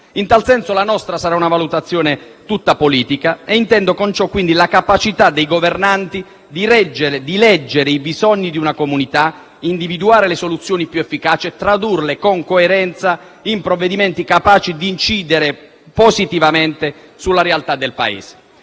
In tal senso, la nostra sarà una valutazione tutta politica, intendendo con ciò la capacità dei governanti di leggere i bisogni di una comunità, individuare le soluzioni più efficaci e tradurle con coerenza in provvedimenti capaci di incidere positivamente sulla realtà del Paese.